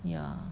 yeah